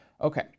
Okay